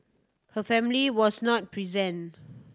her family was not present